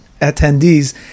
attendees